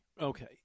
Okay